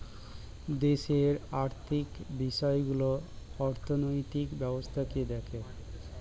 দেশের আর্থিক বিষয়গুলো অর্থনৈতিক ব্যবস্থাকে দেখে